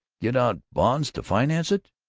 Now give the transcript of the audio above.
get out bonds to finance it?